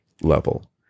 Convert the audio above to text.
level